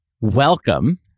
Welcome